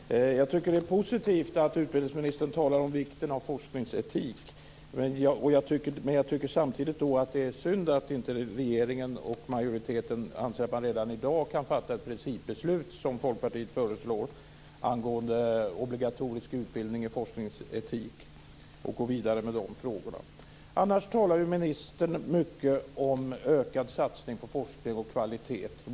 Fru talman! Jag tycker att det är positivt att utbildningsministern talar om vikten av forskningsetik. Men jag tycker samtidigt att det är synd att inte regeringen och majoriteten anser att man redan i dag kan fatta ett principbeslut, som Folkpartiet föreslår, angående obligatorisk utbildning i forskningsetik och gå vidare med dessa frågor. Annars talar ministern mycket om ökad satsning på forskning och kvalitet.